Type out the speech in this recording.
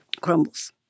crumbles